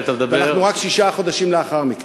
אנחנו רק שישה חודשים לאחר מכן.